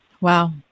Wow